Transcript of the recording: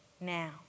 now